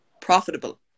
profitable